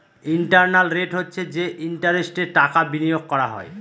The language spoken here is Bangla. ইন্টারনাল রেট হচ্ছে যে ইন্টারেস্টে টাকা বিনিয়োগ করা হয়